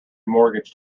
mortgaged